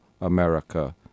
America